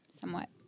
somewhat